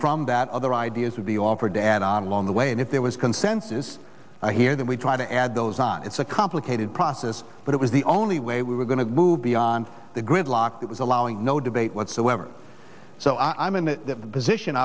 from that other ideas of the offered add on along the way and if there was consensus here that we try to add those on it's a complicated process but it was the only way we were going to move beyond the gridlock that was allowing no debate whatsoever so i'm in the position